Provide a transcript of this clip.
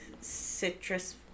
citrus